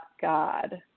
God